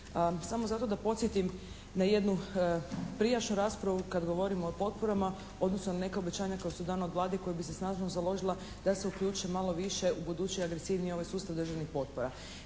samo zato da podsjetim na jednu prijašnju raspravu kada govorimo o potporama, odnosno na neka obećanja koja su dana od Vlade i koje bi se snažno založila da se uključe malo više ubuduće agresivnije u ovaj sustav državnih potpora.